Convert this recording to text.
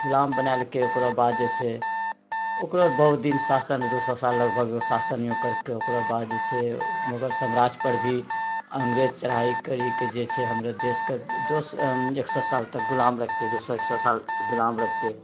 गुलाम बनेलकै ओकरो बाद जे छै ओकरो बहुत दिन शासन दू सए साल लगभग शासन ओकर बाद जे छै मुगल साम्राज्यपर भी अङ्ग्रेज चढ़ाइ करिके जे छै हमरो देशके दो एक सए सालतक गुलाम राखिके दू सए एक सए साल गुलाम रखिके